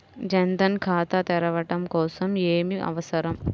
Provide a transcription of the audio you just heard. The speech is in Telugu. జన్ ధన్ ఖాతా తెరవడం కోసం ఏమి అవసరం?